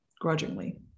grudgingly